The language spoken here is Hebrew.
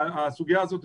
הסוגיה הזאת,